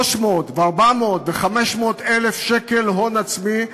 300,000 ו-400,000 ו-500,000 שקל הון עצמי,